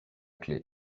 clef